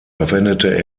verwendete